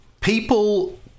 people